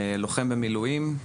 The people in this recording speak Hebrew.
אני לוחם במילואים.